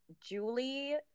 Julie